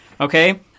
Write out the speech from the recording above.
okay